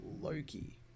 Loki